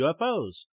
UFOs